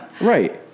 Right